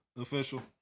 official